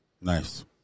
Nice